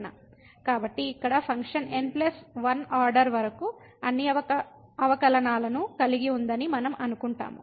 కాబట్టి ఇక్కడ function n 1 order వరకు అన్ని అవకలనాలను కలిగి ఉందని మనం అనుకుంటాము